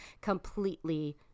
completely